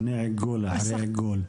לפני העיגול ואחרי העיגול?